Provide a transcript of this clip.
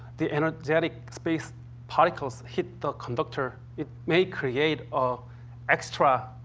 the energetic space particles hit the conductor, it may create ah extra